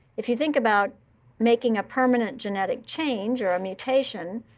if you think about making a permanent genetic change or a mutation,